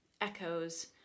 echoes